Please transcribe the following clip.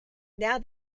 now